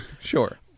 Sure